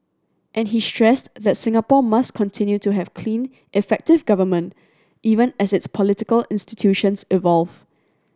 and he stressed that Singapore must continue to have clean effective government even as its political institutions evolve